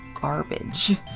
garbage